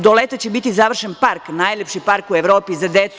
Do leta će biti završen park, najlepši park u Evropi za decu.